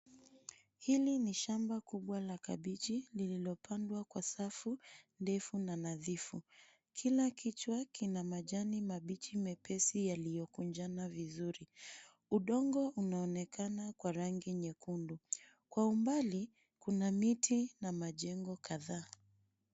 Hili ni shamba kubwa la kabichi lililopandwa kwa safu ndefu na nadhifu. Kila kichwa kina majani mabichi mepesi yaliyokunjana vizuri. Udongo unaonekana kwa rangi nyekundu. Kwa umbali, kuna miti na majengo kadhaa.